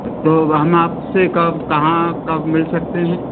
तो हम आप से कब कहाँ कब मिल सकते हैं